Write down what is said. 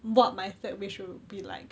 what my third wish will be like